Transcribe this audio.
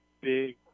big